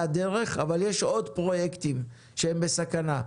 הדרך אבל יש עוד פרויקטים שהם בסכנה,